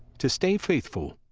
to stay faithful,